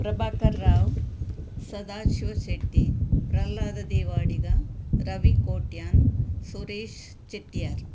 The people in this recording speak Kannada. ಪ್ರಭಾಕರ್ ರಾವ್ ಸದಾಶಿವ ಶೆಟ್ಟಿ ಪ್ರಹ್ಲಾದ ದೇವಾಡಿಗ ರವಿ ಕೋಟ್ಯಾನ್ ಸುರೇಶ್ ಚಟ್ಟಿಯಾರ್